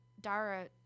dara